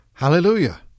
Hallelujah